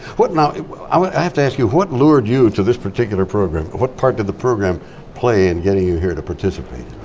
what, now, i have to ask you what lured you to this particular program, what part did the program play in getting you here to participate?